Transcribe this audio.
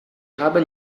haben